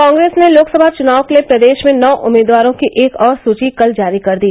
कांग्रेस ने लोकसभा चुनाव के लिए प्रदेश में नौ उम्मीदवारों की एक और सूची कल जारी कर दी